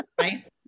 right